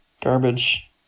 Garbage